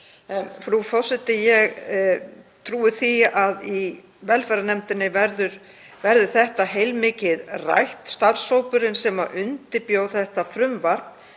Frú forseti. Ég trúi því að í velferðarnefnd verði þetta heilmikið rætt. Starfshópurinn sem undirbjó þetta frumvarp